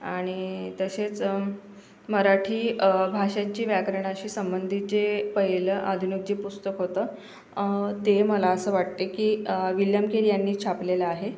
आणि तसेच मराठी भाषाची व्याकरणाशी संबंधित जे पहिलं आधुनिक जे पुस्तक होतं ते मला असं वाटते की विल्यम किल यांनी छापलेलं आहे